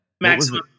Maximum